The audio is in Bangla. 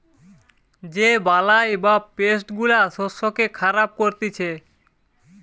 যে বালাই বা পেস্ট গুলা শস্যকে খারাপ করতিছে